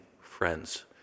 friends